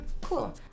Cool